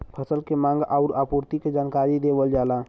फसल के मांग आउर आपूर्ति के जानकारी देवल जाला